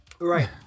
right